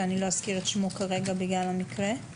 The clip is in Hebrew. שאני לא אזכיר את שמו כרגע בגלל המקרה,